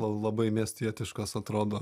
labai miestietiškas atrodo